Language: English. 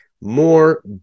more